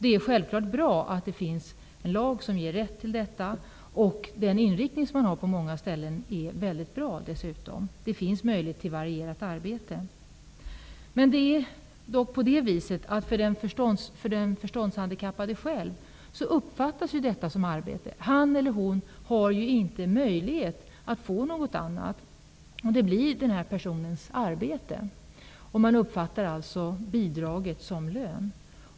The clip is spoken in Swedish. Det är självfallet bra att det finns en lag som ger rätt till detta. Den inriktning som man har på många ställen är dessutom mycket bra. Det finns möjlighet till varierat arbete. Av den förståndshandikappade själv uppfattas dock denna sysselsättning som arbete. Han eller hon har inte möjlighet att få något annat. Detta blir den här personens arbete. Man uppfattar alltså bidraget som lön.